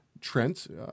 Trent